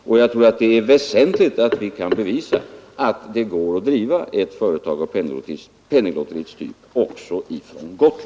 Det är dessutom väsentligt att vi kan bevisa att det går att driva ett företag av Penninglotteriets typ